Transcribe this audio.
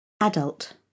Adult